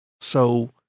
So